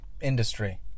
industry